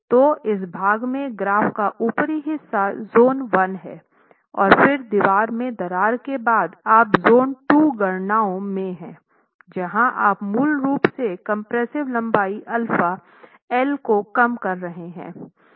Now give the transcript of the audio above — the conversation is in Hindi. तो इस भाग में ग्राफ का ऊपरी हिस्सा जोन 1 है और फिर दीवार की दरार के बाद आप ज़ोन 2 गणनाओं में हैं जहां आप मूल रूप से कम्प्रेस्सिव लंबाई अल्फा एल को कम कर रहे हैं